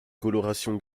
coloration